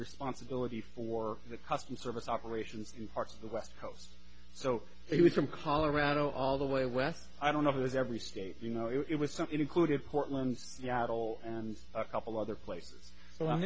responsibility for the customs service operations in parts of the west coast so he was from colorado all the way west i don't know if it was every state you know it was some included portland seattle and a couple other place